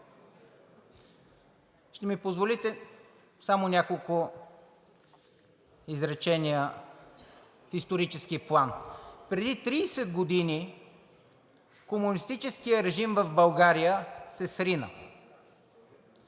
Ще ми позволите само няколко изречения в исторически план. Преди 30 години комунистическият режим в България се срина.